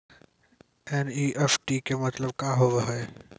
NEFT के मतलब का होव हेय?